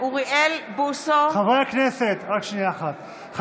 רק שנייה אחת.